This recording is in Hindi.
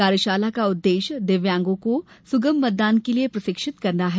कार्यशाला का उददेश्य दिव्यांगों को सुगम मतदान के लिए प्रशिक्षित करना है